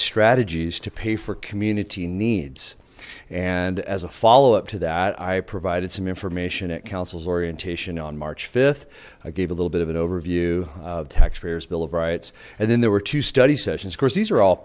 strategies to pay for community needs and as a follow up to that i provided some information at councils orientation on march th i gave a little bit of an overview of taxpayers bill of rights and then there were two study sessions of course these are all